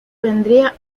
vendía